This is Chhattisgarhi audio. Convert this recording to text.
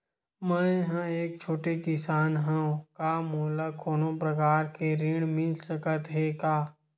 मै ह एक छोटे किसान हंव का मोला कोनो प्रकार के ऋण मिल सकत हे का?